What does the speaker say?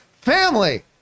family